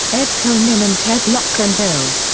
ed conlin and ted luckenbill.